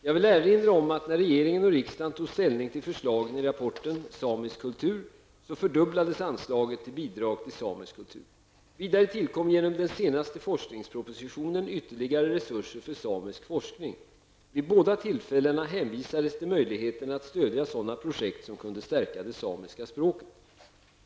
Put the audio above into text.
Jag vill erinra om att när regeringen och riksdagen tog ställning till förslagen i rapporten Samisk kultur fördubblades anslaget till bidrag till samisk kultur. Vidare tillkom genom den senaste forskningspropositionen ytterligare resurser för samisk forskning. Vid båda tillfällena hänvisades till möjligheten att stödja sådana projekt som kunde stärka det samiska språket.